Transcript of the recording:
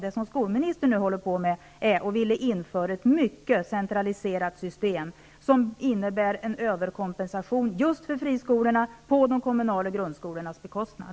Det som skolministern nu vill införa är ett mycket centraliserat system, som innebär en överkompensation just för de fristående skolorna på de kommunala grundskolornas bekostnad.